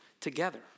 together